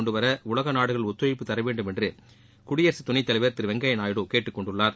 கொண்டுவர உலக நாடுகள் ஒத்துழைப்பு தரவேண்டும் என்று குடியரசுத் துணைத்தலைவர் திரு வெங்கைய்யா நாயுடு கேட்டுக்கொண்டுள்ளார்